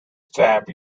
stamp